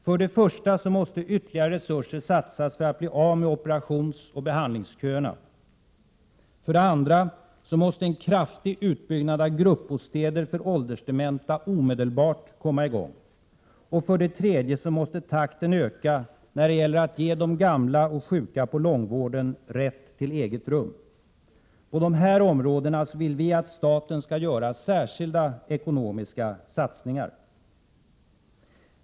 För det första måste ytterligare resurser satsas för att bli av med operationsoch behandlingsköerna. För det andra måste en kraftig utbyggnad av gruppbostäder för åldersdementa omedelbart komma i gång. Och för det tredje måste takten öka när det gäller att ge de gamla och sjuka på långvården rätt till eget rum. På de här områdena vill vi att staten skall göra särskilda ekonomiska satsningar.